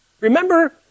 Remember